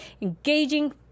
Engaging